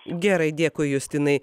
gerai dėkui justinai